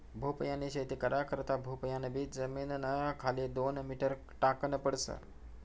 भोपयानी शेती करा करता भोपयान बी जमीनना खाले दोन मीटर टाकन पडस